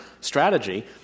strategy